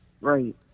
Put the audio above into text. Right